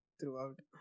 throughout